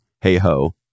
hey-ho